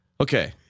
Okay